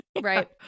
Right